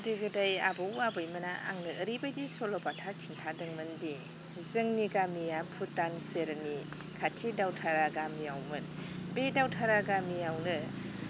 गोदो गोदाय आबौ आबैमोना आंनो ओरैबायदि सल'बाथा खिन्थादोंमोनदि जोंनि गामिया भुटान सेरनि खाथि दावथारा गामियावमोन बे दावथारा गामियावनो